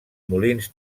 molins